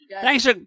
thanks